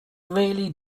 really